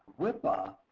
wipa,